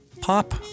pop